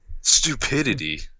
Stupidity